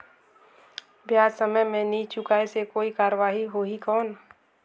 ब्याज समय मे नी चुकाय से कोई कार्रवाही होही कौन?